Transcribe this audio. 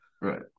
Right